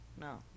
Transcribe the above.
No